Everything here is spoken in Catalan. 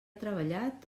treballat